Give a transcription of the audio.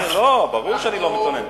לא, ברור שאני לא מתלונן.